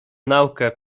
naukę